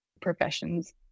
professions